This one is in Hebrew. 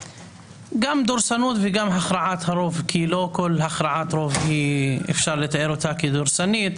גם דורסנות וגם הכרעת הרוב כי לא כל הכרעת רוב אפשר לתאר אותה כדורסנית,